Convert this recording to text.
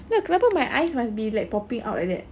ya kenapa my eyes must be like popping out like that